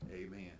Amen